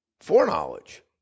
foreknowledge